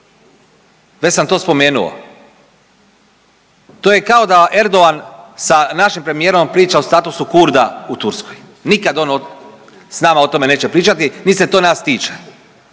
Već sam to spomenuo. To je kao da Erdogan sa našim premijerom priča o statusu Kurda u Turskoj, nikad on sa nama o tome neće pričati niti se to nas tiče,